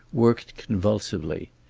worked convulsively.